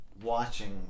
Watching